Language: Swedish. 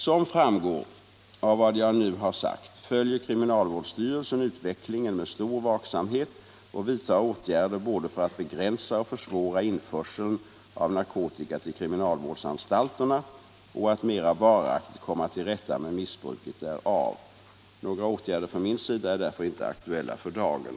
Som framgår av vad jag nu har sagt följer kriminalvårdsstyrelsen utvecklingen med stor vaksamhet och vidtar åtgärder både för att begränsa och försvåra införseln av narkotika till kriminalvårdsanstalterna och för att mera varaktigt komma till rätta med missbruket därav. Några åtgärder från min sida är därför inte aktuella för dagen.